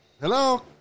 Hello